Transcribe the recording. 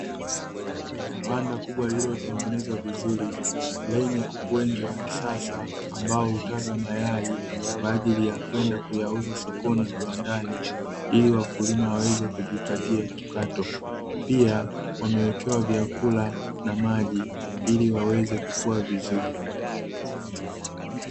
Banda kubwa lilotengenezwa vizuri, lenye kuku wengi wa kisasa, ambao hutaga mayai kwa ajili ya kwenda kuyauza sokoni na viwandani, ili wakulima waweze kujipatia kipato, pia wamewekewa vyakula na maji ili waweze kukua vizuri .